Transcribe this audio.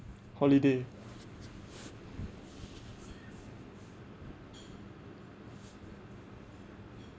holiday